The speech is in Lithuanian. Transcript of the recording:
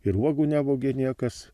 ir uogų nevogė niekas